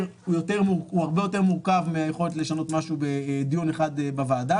הרבה יותר מורכב מהיכולת לשנות משהו בדיון אחד בוועדה,